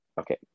Okay